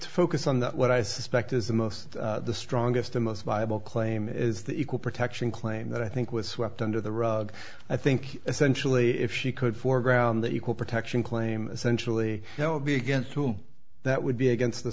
to focus on that what i suspect is the most the strongest and most viable claim is the equal protection claim that i think was swept under the rug i think essentially if she could foreground that you call protection claim essentially it would be against tool that would be against the